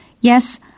Yes